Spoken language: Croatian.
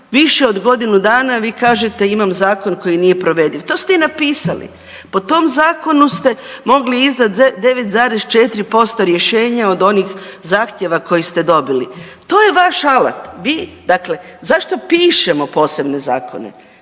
više od godinu dana vi kažete imam zakon koji nije provediv, to ste i napisali. Po tom zakonu ste mogli izdat 9,4% rješenja od onih zahtjeva koje ste dobili. To je vaš alat, vi, dakle zašto pišemo posebne zakone?